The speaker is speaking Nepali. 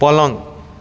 पलङ